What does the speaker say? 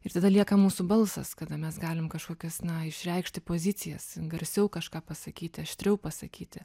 ir tada lieka mūsų balsas kada mes galim kažkokias na išreikšti pozicijas garsiau kažką pasakyti aštriau pasakyti